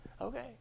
Okay